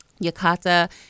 yakata